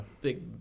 Big